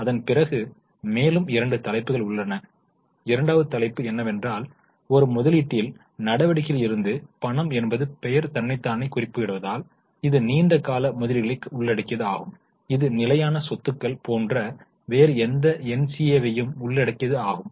அதன் பிறகு மேலும் இரண்டு தலைப்புகள் உள்ளன இரண்டாவது தலைப்பு என்னவென்றால் ஒரு முதலீட்டு நடவடிக்கைகளில் இருந்து பணம் என்பது பெயர் தன்னைத்தானே குறிப்பிடுவதால் இது நீண்ட கால முதலீடுகளை உள்ளடக்கியது ஆகும் இது நிலையான சொத்துக்கள் போன்ற வேறு எந்த NCA யையும் உள்ளடக்கியது ஆகும்